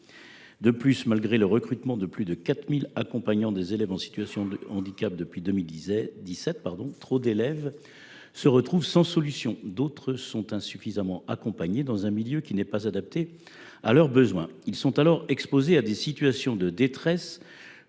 Malgré le recrutement de plus de 4 000 accompagnants des élèves en situation de handicap (AESH) depuis 2017, trop d’élèves se retrouvent sans solution, tandis que d’autres élèves sont insuffisamment accompagnés dans un milieu qui n’est pas adapté à leurs besoins, ce qui les expose à des situations de détresse